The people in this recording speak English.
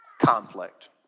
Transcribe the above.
conflict